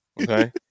okay